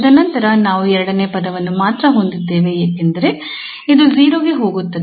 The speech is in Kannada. ತದನಂತರ ನಾವು ಎರಡನೇ ಪದವನ್ನು ಮಾತ್ರ ಹೊಂದಿದ್ದೇವೆ ಏಕೆಂದರೆ ಇದು 0 ಕ್ಕೆ ಹೋಗುತ್ತದೆ